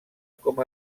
com